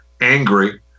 angry